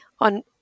on